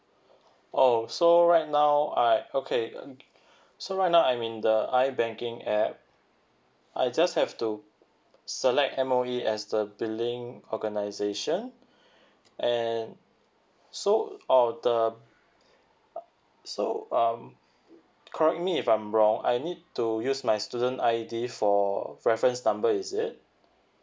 oh so right now I okay so right now I'm in the I banking app I just have to select M_O_E as the billing organization and so oh the so um correct me if I'm wrong I need to use my student's I_D for reference number is it